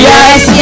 Yes